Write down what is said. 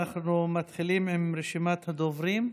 אנחנו מתחילים עם רשימת הדוברים: